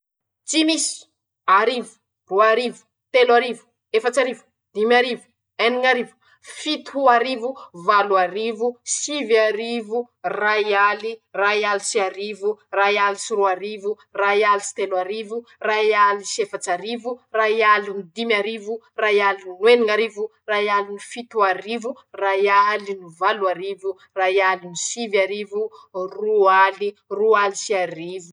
Tsy misy, arivo, roa arivo, telo arivo, efats'arivo, dimy arivo, eniñ'arivo, fito arivo, valo arivo, sivy arivo, ray aly sy arivo, ray aly sy roa arivo, ray aly sy telo arivo, ray aly sy efats'arivo, ray aly no dimy arivo, ray aly no eniñ'arivo, ray aly no fito arivo, ray aly no valo arivo, ray aly no sivy arivo, roa aly, roa aly sy ariv.